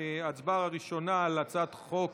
בהצבעה הראשונה נצביע על הצעת החוק